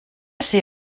ser